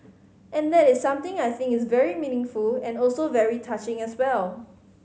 and that is something I think is very meaningful and also very touching as well